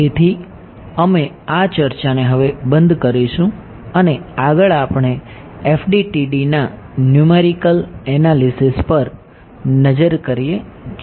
તેથી અમે આ ચર્ચાને હવે બંધ કરીશું અને આગળ આપણે FDTD ના ન્યૂમેરિકલ એનાલિસિસ પર નજર કરીએ છીએ